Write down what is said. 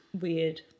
weird